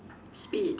spade